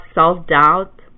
self-doubt